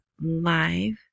live